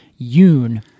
Yoon